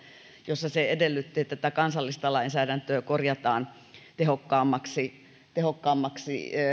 jossa se edellytti että kansallista lainsäädäntöä korjataan tehokkaammaksi tehokkaammaksi